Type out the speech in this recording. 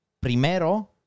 Primero